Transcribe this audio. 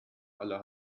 aller